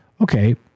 okay